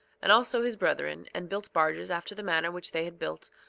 and also his brethren, and built barges after the manner which they had built,